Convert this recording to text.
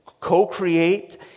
co-create